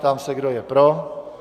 Ptám se, kdo je pro.